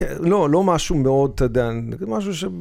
‫לא, לא משהו מאוד... אתה יודע, משהו ש...